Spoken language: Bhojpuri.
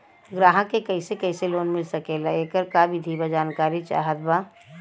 ग्राहक के कैसे कैसे लोन मिल सकेला येकर का विधि बा जानकारी चाहत बा?